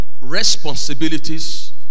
responsibilities